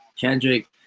Kendrick